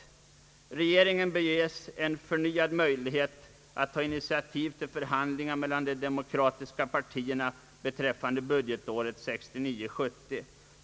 Regeringen bör ges en förnyad möjlighet att ta initiativ till förhandlingar mellan de demokratiska partierna beträffande budgetåret 1969/70.